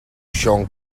siôn